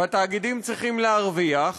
והתאגידים צריכים להרוויח,